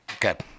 Good